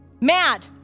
Mad